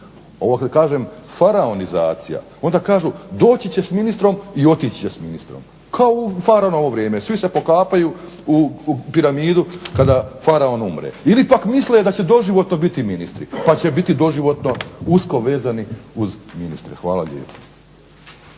Ovo kada kažem faraonizacija, onda kažu doći će s ministrom i otići će s ministrom. Kao u faraonovo vrijeme, svi se pokapaju u piramidu kada faraon umre, ili pak misle da će doživotno biti ministri pa će biti doživotno usko vezani uz ministre. Hvala.